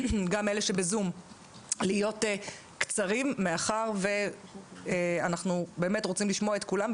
גם אלה שבזום להיות קצרים מאחר ואנחנו רוצים לשמוע את כולם,